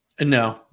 No